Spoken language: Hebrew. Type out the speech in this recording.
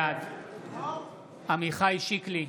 בעד עמיחי שיקלי,